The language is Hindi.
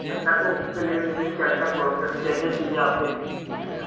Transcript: अच्छा तो उसके लिए मुझे क्या क्या प्रोसेस या क्या चीज़ें आपको सर